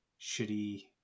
shitty